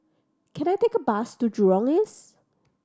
can I take a bus to Jurong East